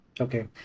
Okay